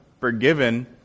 forgiven